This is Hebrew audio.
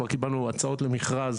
כבר קיבלנו הצעות למכרז